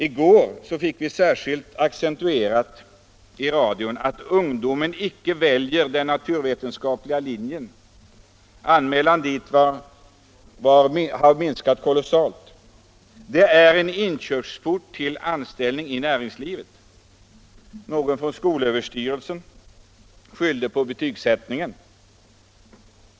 I går fick vi genom radio och TV särskilt accentuerat att ungdomen inte väljer den naturvetenskapliga linjen. Anmälan dit har minskat kolossalt. Denna linje är en inkörsport till anställning inom näringslivet. Någon från skolöverstyrelsen skyllde på betygsättningen.